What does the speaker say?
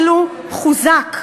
אפשר הצבעה אלקטרונית?